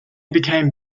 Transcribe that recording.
became